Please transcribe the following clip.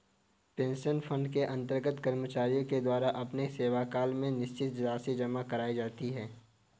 pension fund के अंतर्गत कर्मचारियों के द्वारा अपने सेवाकाल में निश्चित राशि जमा कराई जाती है